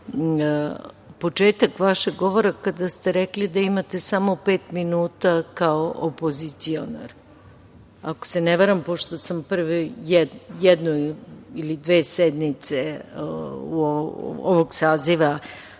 početak vašeg govora kada ste rekli da imate samo pet minuta kao opozicionar. Ako se ne varam pošto sam u jednoj ili dve sednice ovog saziva